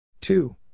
Two